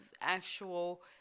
actual